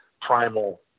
primal